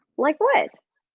like what?